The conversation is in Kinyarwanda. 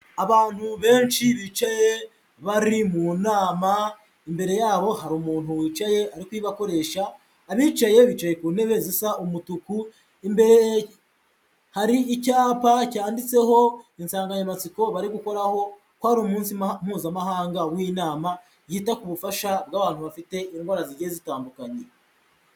Abantu benshi bicaye bari mu nama, imbere yabo hari umuntu wicaye ari kuyibakoresha, abicaye bicaye ku ntebe zisa umutuku, imbere hari icyapa cyanditseho insanganyamatsiko bari gukoraho ko ari umunsi mpuzamahanga w'inama yita ku bufasha bw'abantu bafite indwara zigiye zitandukanye.